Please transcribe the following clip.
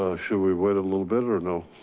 ah should we wait a little bit or no?